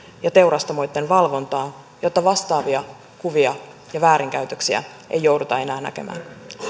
ja teurastamoitten valvontaa jotta vastaavia kuvia ja väärinkäytöksiä ei jouduta enää näkemään